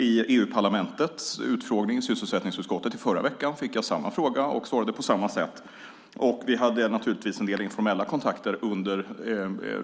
I EU-parlamentets utfrågning i sysselsättningsutskottet förra veckan fick jag samma fråga och svarade på samma sätt. Och vi hade naturligtvis en del informella kontakter under